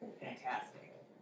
fantastic